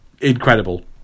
incredible